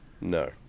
No